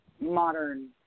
modern